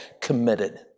committed